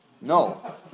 No